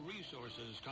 Resources